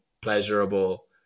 pleasurable